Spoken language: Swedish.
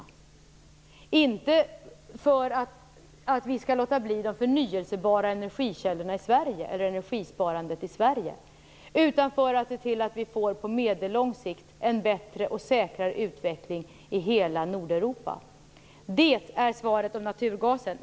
Vi skall inte låta bli de förnybara energikällorna eller energisparandet i Sverige. Vi skall se till att vi på medellång sikt får en bättre och säkrare utveckling i hela Nordeuropa. Det är svaret på frågan om naturgasen.